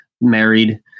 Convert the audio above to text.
married